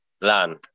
land